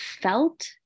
felt